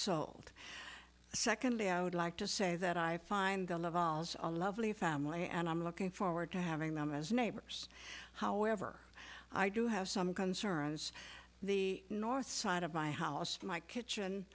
sold secondly i would like to say that i find the laval's a lovely family and i'm looking forward to having them as neighbors however i do have some concerns the north side of my house my kitchen